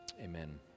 amen